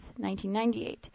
1998